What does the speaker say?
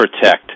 protect